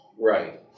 Right